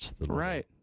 Right